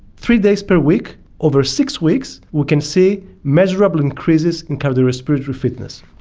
three days per week over six weeks we can see measurable increases in cardiorespiratory fitness.